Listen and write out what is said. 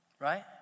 right